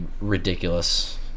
ridiculous